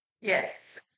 Yes